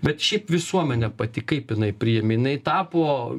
bet šiaip visuomenė pati kaip jinai priėmė jinai tapo